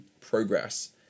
progress